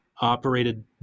operated